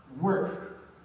work